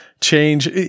change